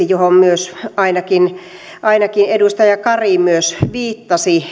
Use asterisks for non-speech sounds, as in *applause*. *unintelligible* johon myös ainakin ainakin edustaja kari viittasi